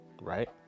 right